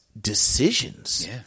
decisions